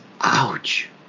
Ouch